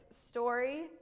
story